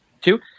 Two